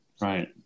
Right